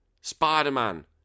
Spider-Man